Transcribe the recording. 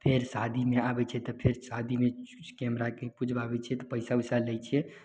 फेर शादीमे आबय छियै तऽ फेर शादीमे कैमराके पुजबाबय छियै तऽ पैसा उसा लय छियै